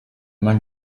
man